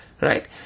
Right